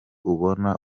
ubona